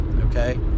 okay